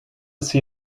see